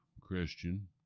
Christian